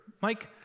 Mike